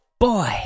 Boy